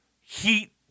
heat